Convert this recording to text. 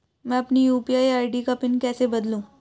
मैं अपनी UPI ID का पिन कैसे बदलूं?